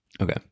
okay